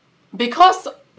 because